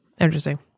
Interesting